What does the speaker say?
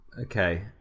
Okay